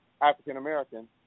African-American